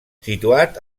situat